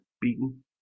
beaten